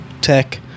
Tech